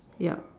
yup